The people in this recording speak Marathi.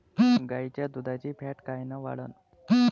गाईच्या दुधाची फॅट कायन वाढन?